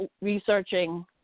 researching